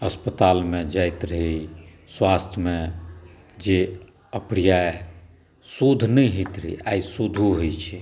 अस्पतालमे जाइत रही स्वास्थ्यमे जे अप्रिय शोध नहि होइत रहै आइ शोधो होइ छै